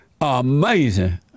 Amazing